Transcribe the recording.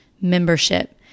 membership